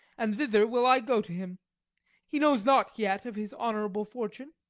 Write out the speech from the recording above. and thither will i go to him he knows not yet of his honourable fortune.